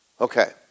Okay